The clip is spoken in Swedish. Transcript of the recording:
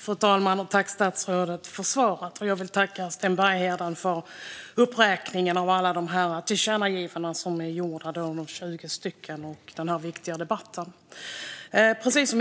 Fru talman! Tack, statsrådet, för svaret! Jag vill tacka Sten Bergheden för uppräkningen av alla de 20 tillkännagivanden som är gjorda och för denna viktiga debatt. Jag ställer